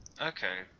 Okay